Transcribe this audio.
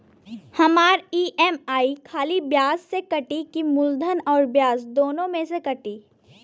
हमार ई.एम.आई खाली ब्याज में कती की मूलधन अउर ब्याज दोनों में से कटी?